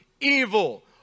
evil